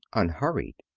unhurried.